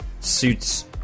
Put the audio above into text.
Suits